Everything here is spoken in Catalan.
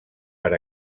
per